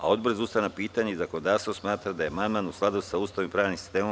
Odbor za ustavna pitanja i zakonodavstvo smatra da je amandman u skladu sa Ustavom i pravnim sistemom.